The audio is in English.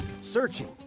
searching